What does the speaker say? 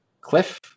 Cliff